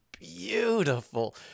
beautiful